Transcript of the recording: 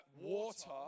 water